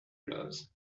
gloves